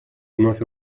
вновь